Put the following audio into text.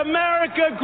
America